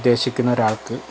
ഉദ്ദേശിക്കുന്നൊരാൾക്ക്